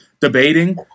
debating